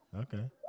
Okay